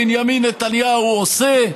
בנימין נתניהו עושה,